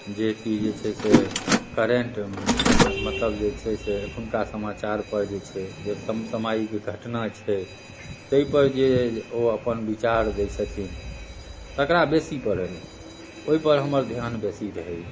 जे कि जे छै से करेंट समा मतलब जे छै से एखुनका समाचारपर जे छै जे सम सामयिक घटना छै ताहिपर जे ओ अपन विचार दै छथिन तकरा बेसी पढ़ै छी ओहिपर हमर ध्यान बेसी रहैए